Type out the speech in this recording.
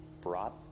brought